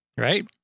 Right